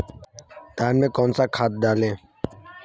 धान में कौन सा खाद डालें?